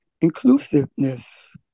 inclusiveness